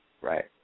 right